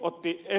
ku ed